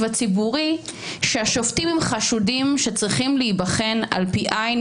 הציבורי שהשופטים הם חשודים שצריכים להיבחן על פי עין,